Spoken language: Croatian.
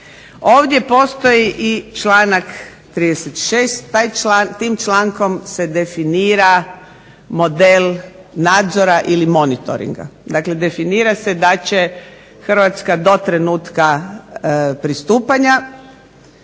Ovdje postoji i članak 36. Tim člankom se definira model nadzora ili monitoringa, dakle definira se da će Hrvatska do trenutka pristupanja